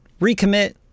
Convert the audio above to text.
Recommit